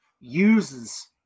uses